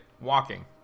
walking